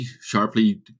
sharply